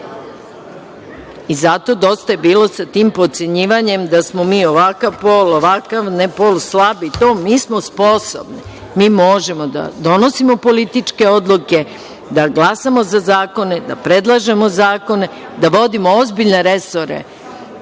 Zato, dosta je bilo sa tim potcenjivanjem da smo mi ovakav pol, onakav, pol slab, mi smo sposobne, mi možemo da donosimo političke odluke, da glasamo za zakone, da predlažemo zakone, da vodimo ozbiljne resore